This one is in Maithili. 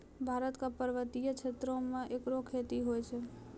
भारत क पर्वतीय क्षेत्रो म एकरो खेती होय छै